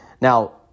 Now